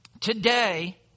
Today